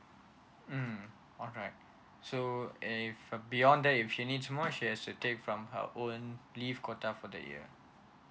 mm alright so uh and if uh beyond that if she needs more she has to take from her own leave quota for the year